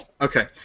Okay